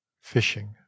fishing